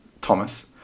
thomas